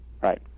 Right